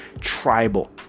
tribal